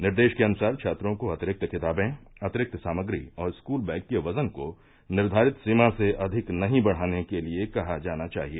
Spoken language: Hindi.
निर्देश के अनुसार छात्रों को अतिरिक्त किताबें अतिरिक्त सामग्री और स्कूल बैग के वजन को निर्घारित सीमा से अधिक नहीं बढ़ाने के लिए कहा जाना चाहिए